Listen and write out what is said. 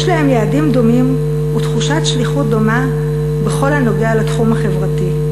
להם יעדים דומים ותחושת שליחות דומה בכל הנוגע לתחום החברתי.